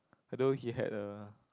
although he had a